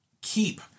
keep